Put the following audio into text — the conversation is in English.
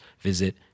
visit